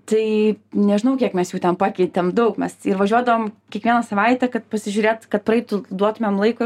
tai nežinau kiek mes jų ten pakeitėm daug mes ir važiuodavom kiekvieną savaitę kad pasižiūrėt kad praeitų duotumėm laiko